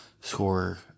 score